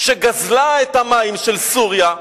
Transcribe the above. שגזלה את המים של סוריה,